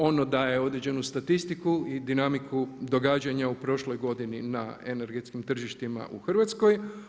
Ono daje određenu statistiku i dinamiku događanja u prošloj godini na energetskim tržištima u Hrvatskoj.